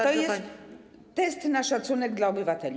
To jest test na szacunek dla obywateli.